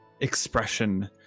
expression